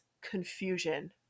confusion